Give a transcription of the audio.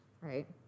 right